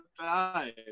time